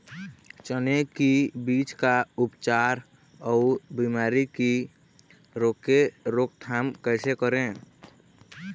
चने की बीज का उपचार अउ बीमारी की रोके रोकथाम कैसे करें?